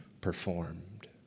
performed